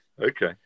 okay